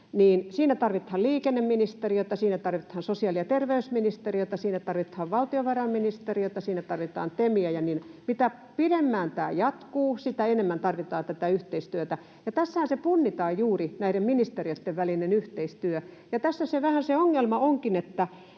siinä tarvitaan liikenneministeriötä, siinä tarvitaan sosiaali- ja terveysministeriötä, siinä tarvitaan valtiovarainministeriötä, siinä tarvitaan TEMiä. Ja mitä pidemmin tämä jatkuu, sitä enemmän tarvitaan tätä yhteistyötä, ja tässähän punnitaan juuri näiden ministeriöitten välinen yhteistyö. Ja tässä se vähän se ongelma onkin.